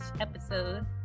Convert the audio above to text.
episode